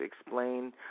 explain